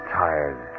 tired